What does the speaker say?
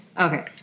Okay